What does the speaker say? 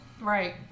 Right